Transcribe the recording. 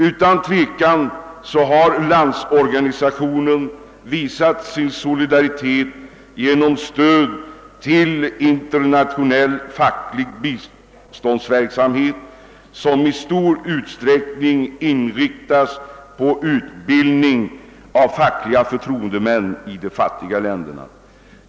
Utan tvivel har Landsorganisationen visat sin solidaritet genom stöd till den internationella fackliga biståndsverksamhet som i stor utsträckning inriktas på utbildning av fackliga förtroendemän i de fattiga länderna.